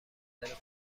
منتظر